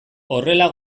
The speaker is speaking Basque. horrela